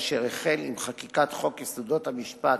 אשר החל עם חקיקת חוק יסודות המשפט,